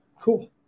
cool